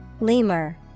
lemur